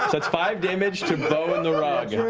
that's five damage to beau and the rug. you know